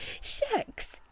Shucks